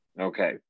Okay